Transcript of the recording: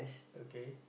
okay